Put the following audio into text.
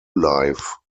life